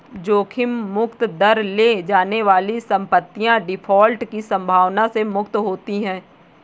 जोखिम मुक्त दर ले जाने वाली संपत्तियाँ डिफ़ॉल्ट की संभावना से मुक्त होती हैं